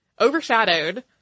overshadowed